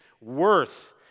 worth